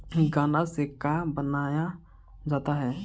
गान्ना से का बनाया जाता है?